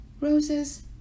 Roses